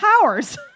powers